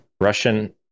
russian